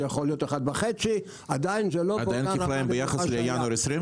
זה יכול להיות 1.5. עדיין כפליים ביחס לינואר 2020?